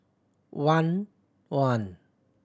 one one